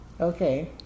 Okay